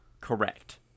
Correct